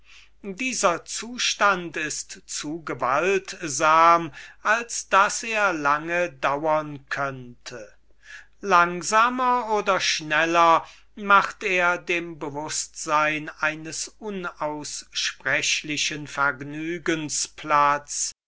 dieser zustand ist zu gewaltsam als daß er lange dauern könnte langsamer oder schneller macht er der empfindung eines unaussprechlichen vergnügens